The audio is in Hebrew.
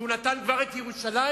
שהוא נתן כבר את ירושלים?